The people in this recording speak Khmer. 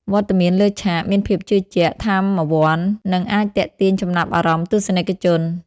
វត្តមានលើឆាក មានភាពជឿជាក់ ថាមវន្ត និងអាចទាក់ទាញចំណាប់អារម្មណ៍ទស្សនិកជន។